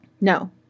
No